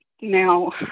Now